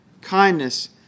kindness